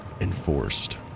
enforced